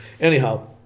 Anyhow